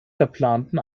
verplanten